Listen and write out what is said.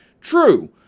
True